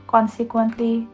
Consequently